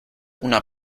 una